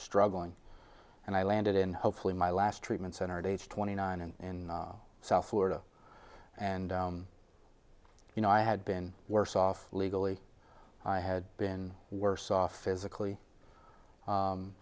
struggling and i landed in hopefully my last treatment center at age twenty nine in south florida and you know i had been worse off legally i had been worse off physically